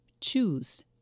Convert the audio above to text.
choose